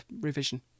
revision